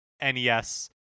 NES